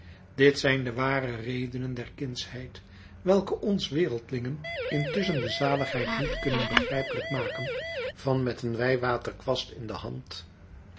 dit zijn de ware redenen der kindsheid welke ons wereldlingen intusschen de zaligheid niet kunnen begrijpelijk maken van met een wijwaterkwast in de hand